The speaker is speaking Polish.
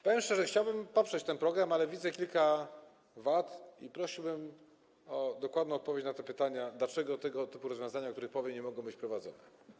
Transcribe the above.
Powiem szczerze, chciałbym poprzeć ten program, ale widzę kilka wad i prosiłbym o dokładną odpowiedź na pytanie, dlaczego tego typu rozwiązania, o których powiem, nie mogą być wprowadzone.